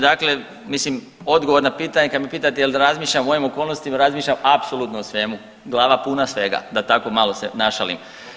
Dakle, mislim odgovor na pitanje, kad me pitate je li razmišljam o ovim okolnostima razmišljam apsolutno o svemu, glava puna svega da tako malo se našalim.